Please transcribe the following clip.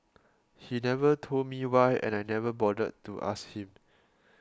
he never told me why and I never bothered to ask him